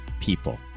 people